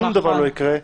שום דבר לא יקרה.